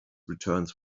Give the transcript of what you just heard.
returns